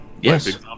Yes